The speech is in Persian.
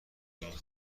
این